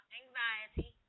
anxiety